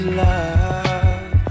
love